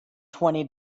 twenty